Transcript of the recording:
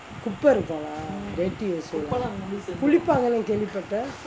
குப்பே இருக்கும்:kuppae irukkum lah dirty also lah குளிப்பாங்களா கேள்வி பட்டேன்:kulippangalaa kelvi pattaen